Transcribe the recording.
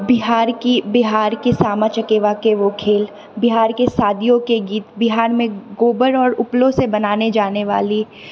बिहार की बिहारके सामा चकेवाके ओ खेल बिहारके शादिओके गीत बिहारमे गोबर आओर उपलोसे बनाने जाने वाली